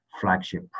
flagship